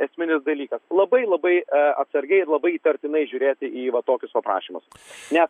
esminis dalykas labai labai atsargiai labai įtartinai žiūrėti į va tokius va prašymus ne